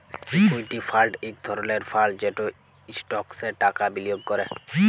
equity fund ইক ধরলের fund যেট ইস্টকসে টাকা বিলিয়গ ক্যরে